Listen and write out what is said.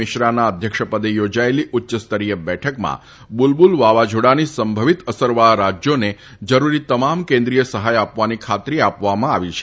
મિશ્રાના અધ્યક્ષપદે યોજાયેલી ઉચ્યસ્તરીય બેઠકમાં બુલબુલ વાવાઝોડાની સંભવિત અસરવાળા રાજ્યોને જરૂરી તમામ કેન્દ્રીય સહાય આપવાની ખાતરી આપવામાં આવી છે